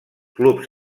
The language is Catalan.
clubs